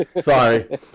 Sorry